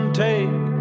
take